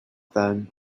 then